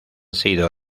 sido